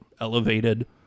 elevated